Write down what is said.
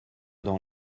dans